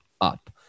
up